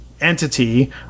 entity